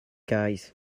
guys